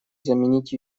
заменить